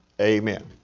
amen